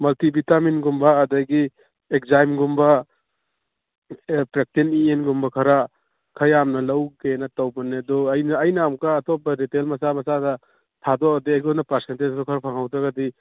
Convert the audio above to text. multi ꯕꯤꯇꯥꯃꯤꯟꯒꯨꯝꯕ ꯑꯗꯨꯗꯒꯤ ꯑꯦꯟꯖꯥꯏꯝꯒꯨꯝꯕ E ꯑꯦꯟꯒꯨꯝꯕ ꯈꯔ ꯈꯔ ꯌꯥꯝꯅ ꯂꯧꯒꯦꯅ ꯇꯧꯕꯅꯦ ꯑꯗꯣ ꯑꯩꯅ ꯑꯃꯨꯛꯀ ꯑꯇꯣꯞꯄ ꯔꯤꯇꯦꯂ ꯃꯆꯥ ꯃꯆꯥꯗ ꯊꯥꯗꯣꯛꯑꯗꯤ ꯑꯩꯈꯣꯏꯅ ꯄꯥꯔꯁꯦꯟꯇꯦꯖꯇꯨ ꯈꯔ ꯐꯪꯍꯧꯗ꯭ꯔꯒꯗꯤ